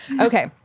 Okay